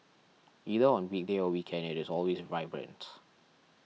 either on weekday or weekend it is always vibrant